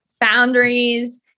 boundaries